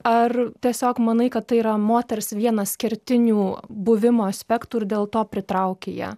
ar tiesiog manai kad tai yra moters vienas kertinių buvimo aspektų ir dėl to pritrauki ją